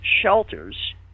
shelters